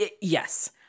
Yes